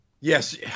Yes